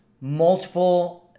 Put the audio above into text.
multiple